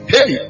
Hey